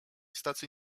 stacji